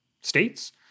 states